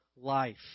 life